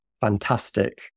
fantastic